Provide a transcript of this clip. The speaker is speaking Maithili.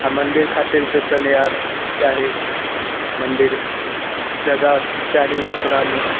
आ मन्दिर खातिल तऽ तनी आर चाही मन्दिर जगह चाही ओकरामे